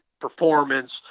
performance